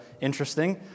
interesting